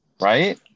right